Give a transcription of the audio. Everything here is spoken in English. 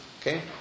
Okay